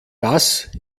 das